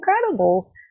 incredible